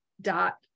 dot